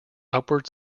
upward